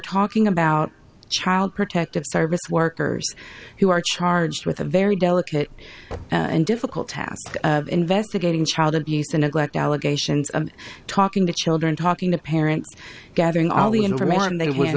talking about child protective service workers who are charged with a very delicate and difficult task of investigating child abuse and neglect allegations of talking to children talking to parents gathering all the information they w